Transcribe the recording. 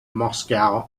moscow